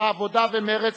העבודה ומרצ,